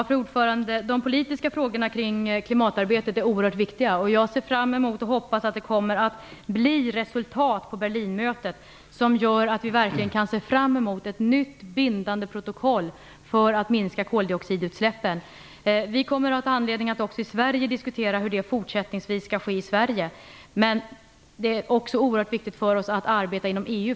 Fru talman! De politiska frågorna kring klimatarbetet är oerhört viktiga. Jag ser fram emot och hoppas att det kommer att bli resultat vid Berlinmötet, som gör att vi verkligen kan se fram emot ett nytt bindande protokoll för att minska koldioxidutsläppen. Vi kommer att ha anledning att diskutera hur en sådan minskning fortsättningsvis skall ske även i Sverige. Men det är också oerhört viktigt för oss att arbeta inom EU.